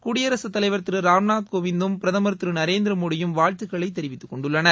குடியரசுத் தலைவா் திரு ராம்நாத் கோவிந்தும் பிரதமா் திரு நரேந்திரமோடியும் வாழ்த்துக்களை தெரிவித்துக் கொண்டுள்ளனர்